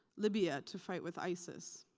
libya to fight with isis.